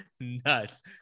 nuts